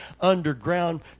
underground